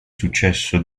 successo